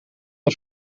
het